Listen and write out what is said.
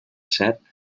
set